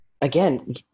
again